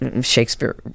Shakespeare